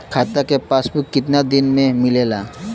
खाता के पासबुक कितना दिन में मिलेला?